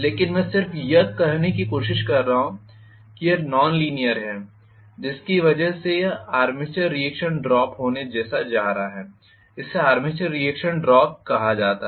लेकिन मैं सिर्फ यह कहने की कोशिश कर रहा हूं कि यह नॉन लीनीयर है जिसकी वजह से यह आर्मेचर रिएक्शन ड्रॉप जैसा होने जा रहा है इसे आर्मेचर रिएक्शन ड्रॉप कहा जाता है